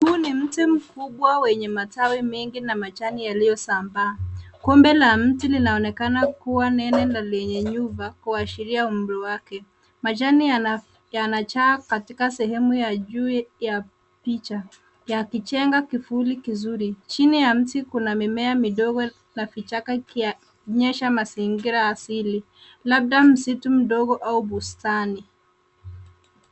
Huu ni mti mkubwa wenye matawi mengi na majani yaliyosambaa. Kombe la mti linaonekana kuwa nene na lenye nyuva kuashiria umri wake. Majani yanajaa katika sehemu ya juu ya picha yakijenga kivuli kizuri. Chini ya mti kuna mimea midogo na vichaka ikionyesha mazingira asili, labda msitu mdogo au bustani.